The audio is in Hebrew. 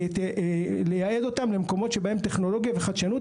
ולייעד אותם למקומות שבהם טכנולוגיה וחדשנות,